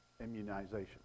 immunization